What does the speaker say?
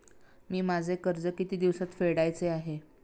मी माझे कर्ज किती दिवसांत फेडायचे आहे?